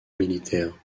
militaire